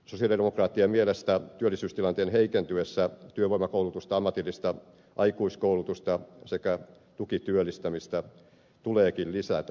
sosialidemokraattien mielestä työllisyystilanteen heikentyessä työvoimakoulutusta ammatillista aikuiskoulutusta sekä tukityöllistämistä tuleekin lisätä